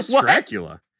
Dracula